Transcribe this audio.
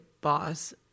boss